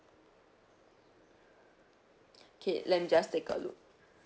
okay let me just take a look